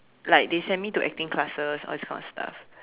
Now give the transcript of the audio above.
like they send me to acting classes all this kind of stuff